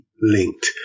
linked